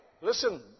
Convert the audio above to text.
listen